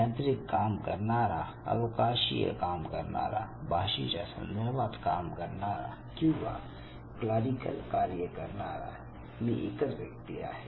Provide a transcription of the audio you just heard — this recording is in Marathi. यांत्रिक काम करणारा अवकाशीय काम करणारा भाषेच्या संदर्भात काम करणारा किंवा क्लरिकल कार्य करणारा मी एकच व्यक्ती आहे